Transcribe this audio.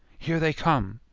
here they come!